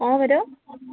অঁ বাইদেউ